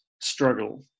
struggle